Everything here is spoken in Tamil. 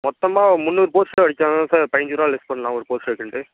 மொத்தமாக முன்னூறு போஸ்டரு அடிச்சால் தான் சார் பதினஞ்சு ரூபா லெஸ் பண்ணலாம் ஒரு போஸ்டருக்குன்ட்டு